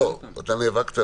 אתה נאבקת,